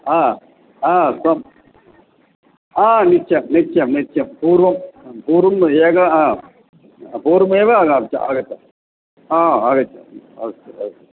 आ आ आ निश्चयेन निश्चयेन निश्चयेन पूर्वं पूर्वं तयत्र पूर्वमेव आगच्छामि हा आगच्छामि अस्तु अस्तु